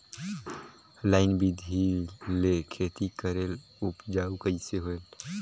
Line बिधी ले खेती करेले उपजाऊ कइसे होयल?